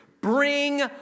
Bring